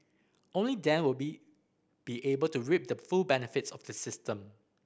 only then will be be able to reap the full benefits of the system